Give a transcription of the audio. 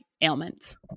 ailments